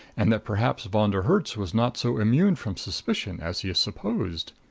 and that perhaps von der herts was not so immune from suspicion as he supposed.